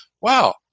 wow